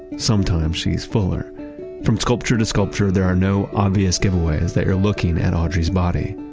sometimes she's fuller from sculpture to sculpture, there are no obvious giveaways that you're looking at audrey's body,